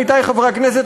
עמיתי חברי הכנסת,